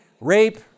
rape